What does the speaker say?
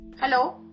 Hello